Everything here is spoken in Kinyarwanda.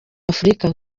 afrika